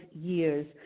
years